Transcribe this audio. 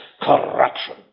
Corruption